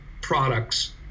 products